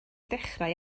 dechrau